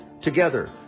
Together